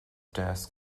deas